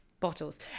bottles